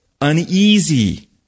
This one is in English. uneasy